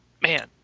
Man